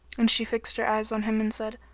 and she fixed her eyes on him and said,